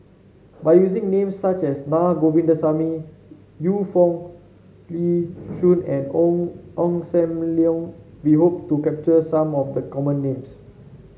by using names such as Naa Govindasamy Yu Foo Yee Shoon and Ong Ong Sam Leong we hope to capture some of the common names